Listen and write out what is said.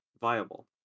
viable